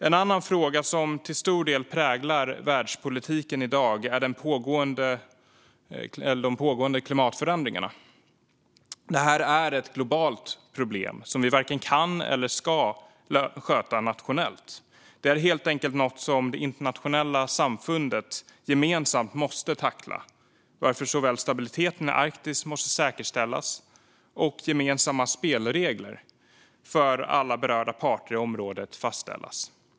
En annan fråga som till stor del präglar världspolitiken i dag är de pågående klimatförändringarna. Detta är ett globalt problem som vi varken kan eller ska sköta nationellt. Det är helt enkelt något som det internationella samfundet gemensamt måste tackla, varför stabiliteten i Arktis måste säkerställas och gemensamma spelregler för alla berörda parter i området fastställas.